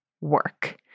work